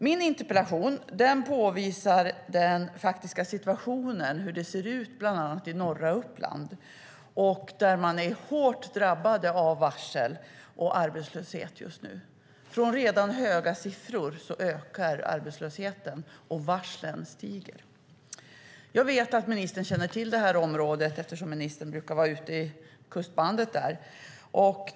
Min interpellation påvisar den faktiska situationen, hur det ser ut bland annat i norra Uppland, som just nu är hårt drabbat av varsel och arbetslöshet. Från redan höga siffror ökar arbetslösheten och antalet varsel. Jag vet att ministern känner till det här området, eftersom hon brukar vara ute i kustbandet där.